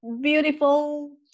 beautiful